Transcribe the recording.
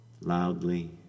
loudly